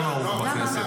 לא נהוג בכנסת.